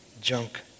junk